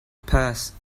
purse